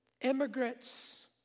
immigrants